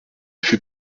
fut